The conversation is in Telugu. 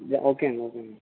ఓకే అండి ఓకే అండి